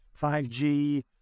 5G